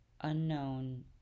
unknown